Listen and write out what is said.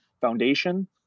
foundation